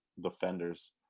defenders